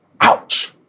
Ouch